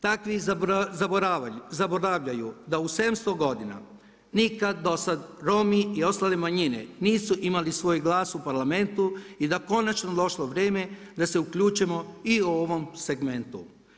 Takvi zaboravljaju da u 700 godina nikad dosad Romi i ostale manjine nisu imali svoj glas u parlamentu i da je konačno došlo vrijeme da se uključimo i u ovom segmentu.